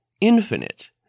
infinite